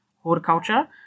horticulture